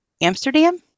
amsterdam